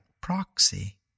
proxy